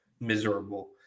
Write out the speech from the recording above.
miserable